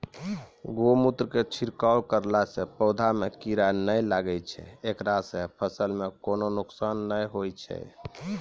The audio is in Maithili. गोमुत्र के छिड़काव करला से पौधा मे कीड़ा नैय लागै छै ऐकरा से फसल मे कोनो नुकसान नैय होय छै?